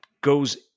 goes